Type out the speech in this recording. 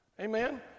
Amen